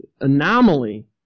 anomaly